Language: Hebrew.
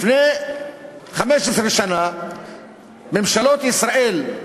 לפני 15 שנה ממשלות ישראל,